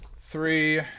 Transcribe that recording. three